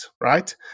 right